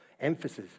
emphasis